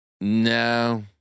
No